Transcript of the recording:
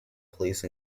police